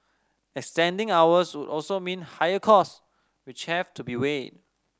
extending hours would also mean higher cost which have to be weighed